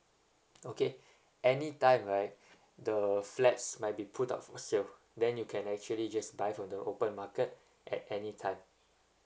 okay any time right the flats might be put up for sale then you can actually just buy from the open market at any time